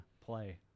play